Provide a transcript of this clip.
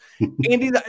Andy